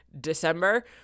December